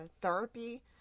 therapy